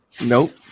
Nope